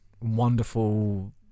wonderful